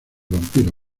vampiro